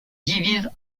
divise